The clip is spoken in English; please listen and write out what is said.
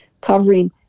covering